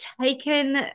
taken